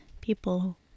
people